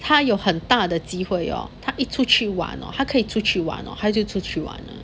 他有很大的机会哟他一出去玩哦他可以出去玩 hor 他就出去玩 lor